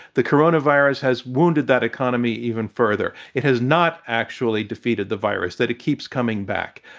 the coronavirus has wounded that economy even further. it has not actually defeated the virus, that it keeps coming back.